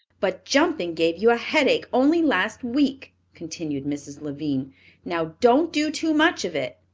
but jumping gave you a headache only last week, continued mrs. lavine. now, don't do too much of it,